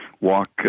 walk